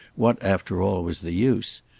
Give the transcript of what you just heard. what after all was the use,